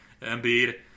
Embiid